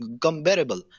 comparable